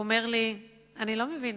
הוא אמר לי: אני לא מבין,